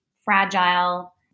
fragile